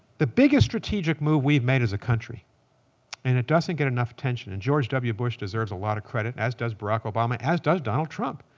the biggest strategic move we've made as a country and doesn't get enough attention, and george w. bush deserves a lot of credit, as does barack obama, as does donald trump.